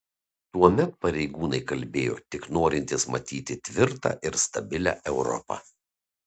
tuomet pareigūnai kalbėjo tik norintys matyti tvirtą ir stabilią europą